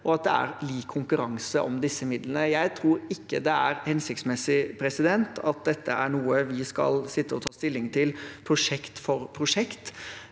og at det er lik konkurranse om disse midlene. Jeg tror ikke det er hensiktsmessig at dette er noe vi skal sitte og ta stilling til prosjekt for prosjekt,